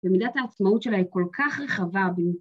‫למידת העצמאות שלה ‫היא כל כך רחבה ב...